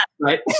right